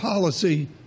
policy